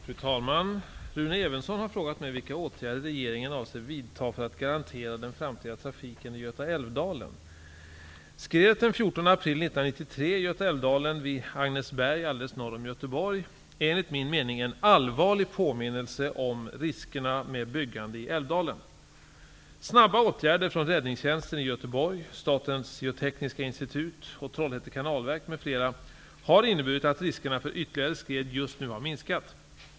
Fru talman! Rune Evensson har frågat mig vilka åtgärder regeringen avser vidta för att garantera den framtida trafiken i Göta Älvdal. Agnesberg alldeles norr om Göteborg är enligt min mening en allvarlig påminnelse om riskerna med byggande i älvdalen. Trollhätte Kanalverk m.fl. har inneburit att riskerna för ytterligare skred just nu har minskat.